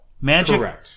Magic